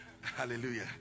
Hallelujah